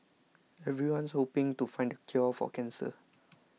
everyone's hoping to find the cure for cancer